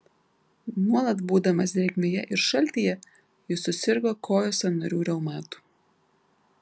nuolat būdamas drėgmėje ir šaltyje jis susirgo kojų sąnarių reumatu